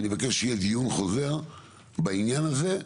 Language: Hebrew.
אני מבקש שיהיה דיון חוזר בעניין הזה,